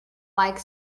like